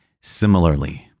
Similarly